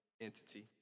entity